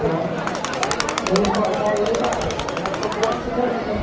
ᱦᱳᱭ ᱥᱩᱱᱩᱢ ᱠᱚ ᱦᱟᱛᱟᱣ ᱦᱩᱭᱩᱜᱼᱟ ᱟᱨ ᱚᱱᱟ ᱠᱚ ᱞᱮᱱᱠᱷᱟᱱ